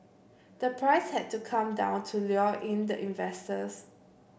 the price had to come down to lure in the investors